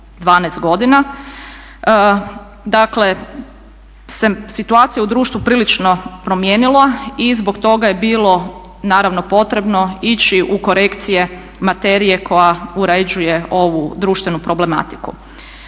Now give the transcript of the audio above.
12 godina, dakle se situacija u društvu prilično promijenila i zbog toga je bilo naravno potrebno ići u korekcije materije koja uređuje ovu društvenu problematiku.